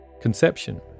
Conception